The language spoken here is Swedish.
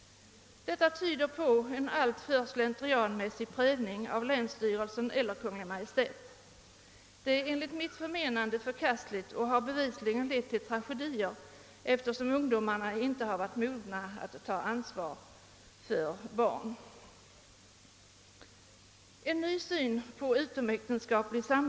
Detta tyder på en alltför slentrianmässig prövning av länsstyrelse eller av Kungl. Maj:t. Detta är enligt mitt förmenande förkastligt och har bevisligen lett till tragedier, eftersom ungdomarna inte varit mogna att ta ansvar för barn.